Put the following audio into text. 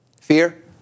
Fear